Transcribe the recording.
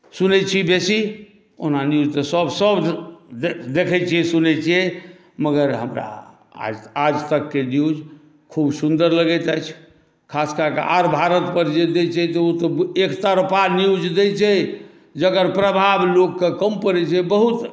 सुनै छी बेसी ओना न्यूज तऽ सभ सभ देखै छियै सुनै छियै मगर हमरा आजतकके न्यूज खुब सुन्दर लगैत अछि खास कए कऽ आर भारत पर जे देइ छै ओ तऽ एकतरफा न्यूज दै छै जकर प्रभाव लोकके कम पड़ै छै बहुत